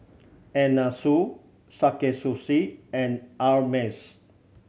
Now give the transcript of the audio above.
Anna Sui Sakae Sushi and Ameltz